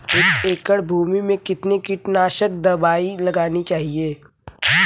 एक एकड़ भूमि में कितनी कीटनाशक दबाई लगानी चाहिए?